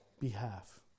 behalf